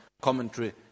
commentary